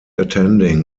attending